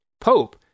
Pope